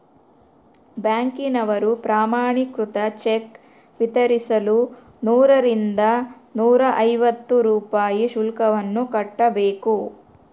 ಬ್ಯಾಂಕಿನವರು ಪ್ರಮಾಣೀಕೃತ ಚೆಕ್ ವಿತರಿಸಲು ನೂರರಿಂದ ನೂರೈವತ್ತು ರೂಪಾಯಿ ಶುಲ್ಕವನ್ನು ಕಟ್ಟಬೇಕು